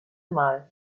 mal